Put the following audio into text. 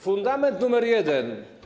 Fundament numer jeden.